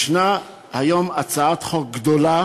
ישנה היום הצעת חוק גדולה